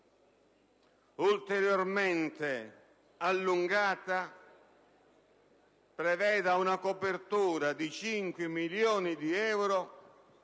ulteriormente ampliata, preveda una copertura di 5 milioni di euro